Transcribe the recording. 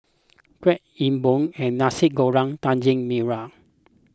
Kuih E Bua and Nasi Goreng Daging Merah